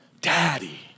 daddy